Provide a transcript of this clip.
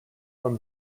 from